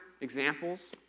examples